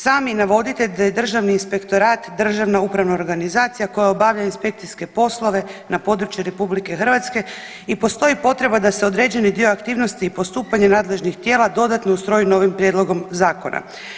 Sami navodite da je Državni inspektorat državna upravna organizacija koja obavlja inspekcijske poslove na području Republike Hrvatske i postoji potreba da se određeni dio aktivnosti i postupanje nadležnih tijela dodatno ustroji novim prijedlogom zakona.